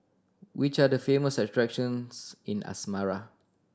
which are the famous attractions in Asmara